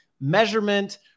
measurement